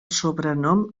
sobrenom